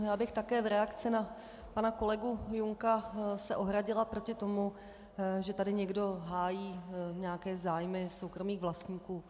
Já bych se také v reakci na pana kolegu Junka ohradila proti tomu, že tady někdo hájí nějaké zájmy soukromých vlastníků.